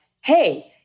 hey